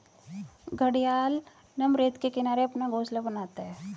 घड़ियाल नम रेत के किनारे अपना घोंसला बनाता है